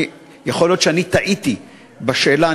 יכול להיות שאני טעיתי בשאלה.